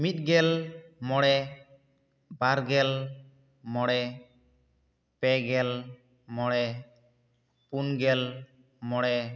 ᱢᱤᱫ ᱜᱮᱞ ᱢᱚᱬᱮ ᱵᱟᱨ ᱜᱮᱞ ᱢᱚᱬᱮ ᱯᱮᱜᱮᱞ ᱢᱚᱬᱮ ᱯᱩᱱᱜᱮᱞ ᱢᱚᱬᱮ